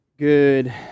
Good